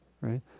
right